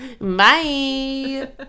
Bye